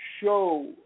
show